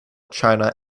china